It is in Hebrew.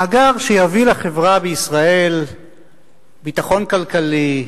מאגר שיביא לחברה בישראל ביטחון כלכלי,